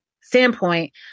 standpoint